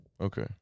Okay